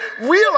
realize